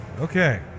Okay